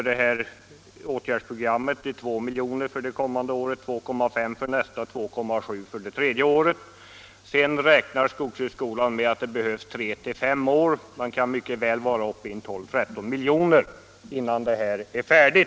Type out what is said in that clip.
Utgifterna för åtgärdsprogrammet ökar nästa budgetår från 2 milj.kr., till 2,5 miljoner för det därpå följande budgetåret och till 2,7 miljoner för 1977/78. Skogshögskolan räknar med att arbetet kan ta tre till fem år. Kostnaderna kan mycket väl vara uppe i 13 miljoner innan det hela är färdigt.